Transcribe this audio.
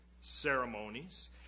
ceremonies